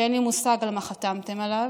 שאין לי מושג על מה חתמתם עליו,